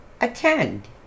attend